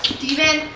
steven,